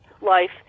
Life